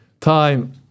time